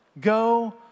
Go